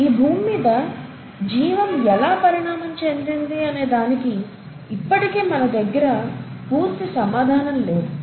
ఈ భూమ్మీద జీవం ఎలా పరిణామం చెందింది అనేదానికి ఇప్పటికి మన దగ్గర పూర్తి సమాధానం లేదు